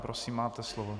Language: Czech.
Prosím máte slovo.